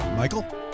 Michael